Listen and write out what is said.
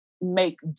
make